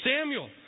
Samuel